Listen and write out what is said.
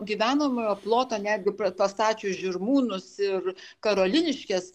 gyvenamojo ploto netgi pra pastačius žirmūnus ir karoliniškes